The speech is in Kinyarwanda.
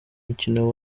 mukino